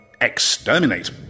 Exterminate